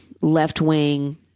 left-wing